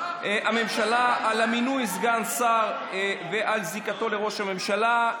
הממשלה, על מינוי סגן שר ועל זיקתו לראש הממשלה.